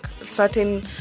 certain